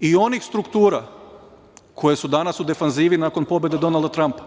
i onih struktura koje su danas u defanziva nakon pobede Donalda Trampa.